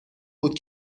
بود